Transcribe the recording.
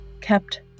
kept